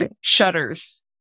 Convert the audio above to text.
Shudders